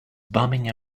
bumming